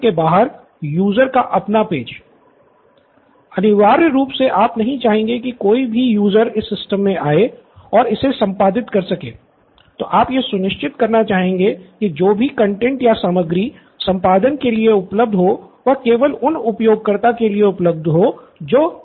student Nithin अनिवार्य रूप से आप नहीं चाहेंगे कि कोई भी उपयोगकर्ता बटन होगा